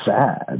sad